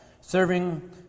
serving